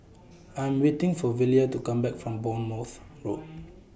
I Am waiting For Velia to Come Back from Bournemouth Road